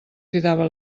cridava